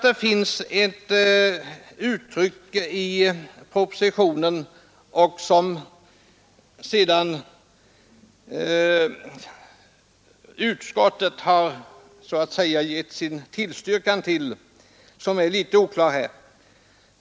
Det finns ett uttryck i propositionen, som utskottet sedan så att säga gett sin tillstyrkan till, men som är litet oklart.